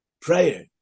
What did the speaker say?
prayer